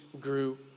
grew